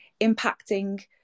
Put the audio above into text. impacting